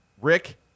Rick